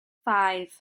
five